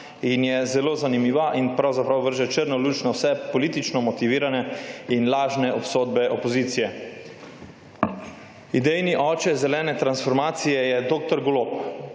je zelo zanimiva in pravzaprav meče slabo luč na vse politično motivirane in lažne obsodbe opozicije. Idejni oče zelene transformacije je dr. Golob.